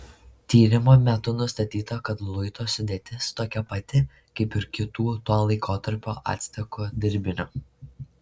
tyrimo metu nustatyta kad luito sudėtis tokia pati kaip ir kitų to laikotarpio actekų dirbinių